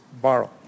borrow